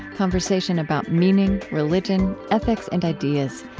conversation about meaning, religion, ethics, and ideas.